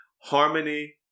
harmony